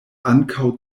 ankaŭ